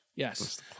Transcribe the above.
Yes